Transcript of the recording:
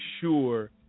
sure